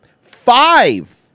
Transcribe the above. five